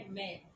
men